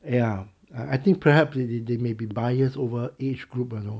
ya I think perhaps they they they may be bias over age group you know